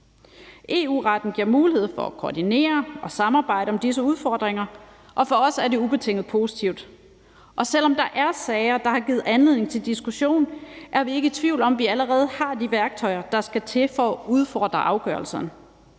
EU-retten giver mulighed for at koordinere og samarbejde om disse udfordringer, og for os er det ubetinget positivt. Selv om der er sager, der har givet anledning til diskussion, er vi ikke i tvivl om, at vi allerede har de værktøjer, der skal til for at udfordre afgørelserne.